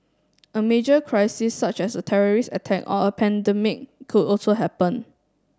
a major crisis such as a terrorist attack or a pandemic could also happen